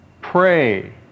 Pray